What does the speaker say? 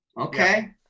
Okay